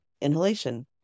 inhalation